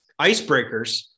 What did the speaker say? icebreakers